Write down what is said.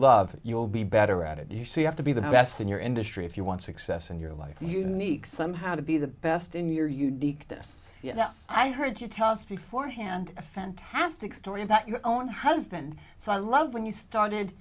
love you'll be better at it you see you have to be the best in your industry if you want success in your life unique somehow to be the best in your uniqueness yes i heard you tell us before hand a fantastic story about your own husband so i love when you started